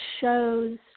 shows